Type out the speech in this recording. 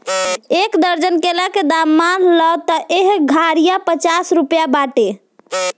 एक दर्जन केला के दाम मान ल त एह घारिया पचास रुपइआ बाटे